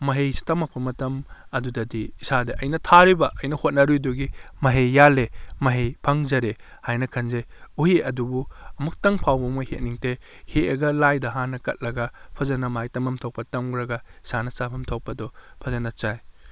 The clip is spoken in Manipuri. ꯃꯍꯩꯁꯤ ꯇꯃꯛꯄ ꯃꯇꯝ ꯑꯗꯨꯗꯗꯤ ꯏꯁꯥꯗ ꯑꯩꯅ ꯊꯥꯔꯤꯕ ꯑꯩꯅ ꯍꯣꯠꯅꯔꯨꯏꯗꯨꯒꯤ ꯃꯍꯩ ꯌꯥꯜꯂꯦ ꯃꯍꯩ ꯐꯪꯖꯔꯦ ꯍꯥꯏꯅ ꯈꯟꯖꯩ ꯎꯍꯩ ꯑꯗꯨꯕꯨ ꯑꯃꯨꯛꯇꯪ ꯐꯥꯎꯕ ꯍꯦꯛꯅꯤꯡꯗꯦ ꯍꯦꯛꯑꯒ ꯂꯥꯏꯗ ꯍꯥꯟꯅ ꯀꯠꯂꯒ ꯐꯖꯅ ꯃꯥꯒꯤ ꯇꯝꯐꯝ ꯊꯣꯛꯄ ꯇꯝꯈ꯭ꯔꯒ ꯏꯁꯥꯅ ꯆꯥꯐꯝ ꯊꯣꯛꯄꯗꯣ ꯐꯖꯅ ꯆꯥꯏ